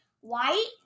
white